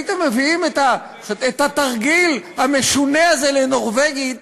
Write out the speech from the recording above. הייתם מביאים את התרגיל המשונה הזה לנורבגיה,